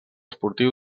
esportiu